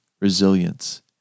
Resilience